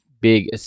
big